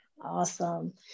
Awesome